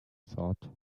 thought